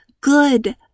good